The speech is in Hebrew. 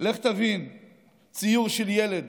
לך תבין ציור של ילד